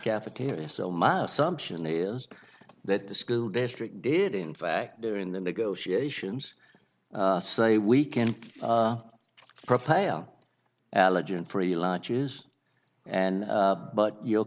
cafeteria so my assumption is that the school district did in fact during the negotiations say we can provide allergen free lunches and but your